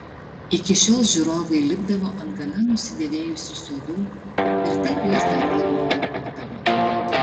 iki šiol žiūrovai lipdavo ant gana nusidėvėjusių suolų ir taip juos dar labiau niokodavo